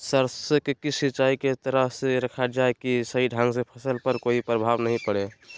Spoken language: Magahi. सरसों के सिंचाई किस तरह से किया रखा जाए कि सही ढंग से फसल पर कोई प्रभाव नहीं पड़े?